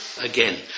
again